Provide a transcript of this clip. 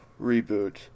reboot